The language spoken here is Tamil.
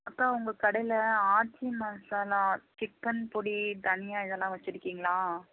அப்புறம் உங்கள் கடையில் ஆட்சி மசாலா சிக்கன் பொடி தனியா இதெல்லாம் வச்சுருக்கீங்களா